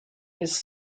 his